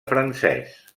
francès